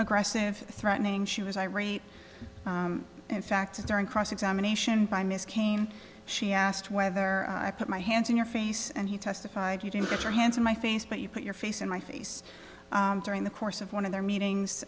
aggressive threatening she was irate and in fact during cross examination by ms cain she asked whether i put my hands in your face and he testified you put your hands on my face but you put your face in my face during the course of one of their meetings